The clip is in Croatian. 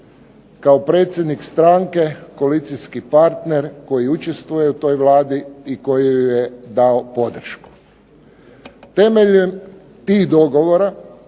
kao predsjednik stranke koalicijski partner, koji učestvuje u toj Vladi i koji joj je dao podršku. Temeljem tih dogovora,